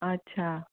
अच्छा